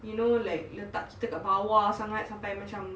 you know like letak kita kat bawah sangat you know macam